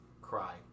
cry